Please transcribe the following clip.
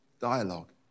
dialogue